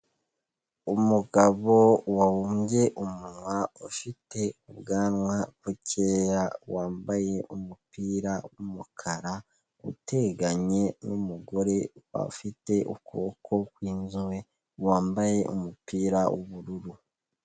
Umugabo wabumbye umunwa, ufite ubwanwa bukeya, wambaye umupira w'umukara, uteganye n'umugore ufite ukuboko kw'inzobe wambaye umupira w'ubururu.